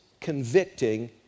convicting